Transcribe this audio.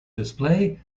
display